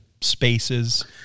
spaces